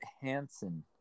Hansen